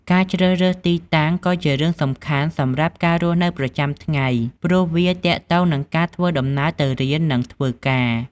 ការជ្រើសរើសទីតាំងក៏ជារឿងសំខាន់សម្រាប់ការរស់នៅប្រចាំថ្ងៃ ព្រោះវាទាក់ទងនឹងការធ្វើដំណើរទៅរៀន និងធ្វើការ។